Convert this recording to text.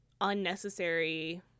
unnecessary